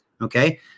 Okay